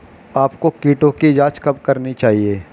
आपको कीटों की जांच कब करनी चाहिए?